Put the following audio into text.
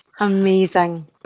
Amazing